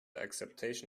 acceptation